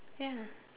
ya